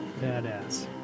badass